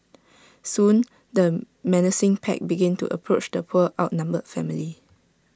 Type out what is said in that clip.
soon the menacing pack began to approach the poor outnumbered family